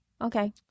Okay